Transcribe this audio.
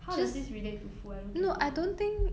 how does this relate to food I don't get it